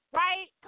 right